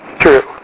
True